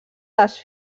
les